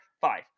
Five